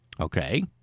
Okay